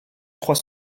trois